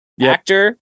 actor